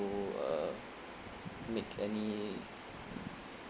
uh make any